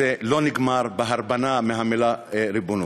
זה לא נגמר ב"הרבנה", מהמילה ריבונות.